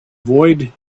avoid